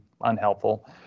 unhelpful